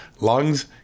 lungs